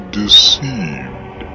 deceived